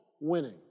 winning